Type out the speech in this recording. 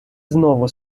знову